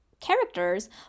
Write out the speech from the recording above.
characters